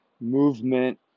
movement